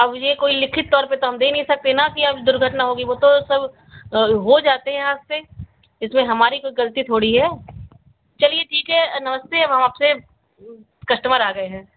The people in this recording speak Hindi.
अब ये कोई लिखित तौर पर तो हम दे नहीं सकते ना कि अब दुर्घटना होगी वो तो सब हो जाते हैं हादसे इसमें हमारी कोई गलती थोड़ी है चलिए ठीक है नमस्ते हम आपसे कस्टमर आ गए हैं